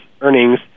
earnings